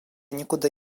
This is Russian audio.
никуда